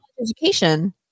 Education